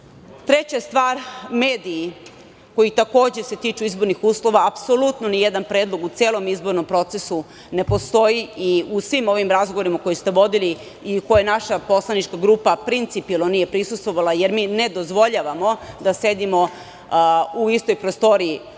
stvar, mediji koji, takođe, se tiču izbornih uslova, apsolutno nijedan predlog u celom izbornom procesu ne postoji i u svim ovim razgovorima koje ste vodili i u kojima naša poslanička grupa principijalno nije prisustvovala, jer mi ne dozvoljavamo da sedimo u istoj prostoriji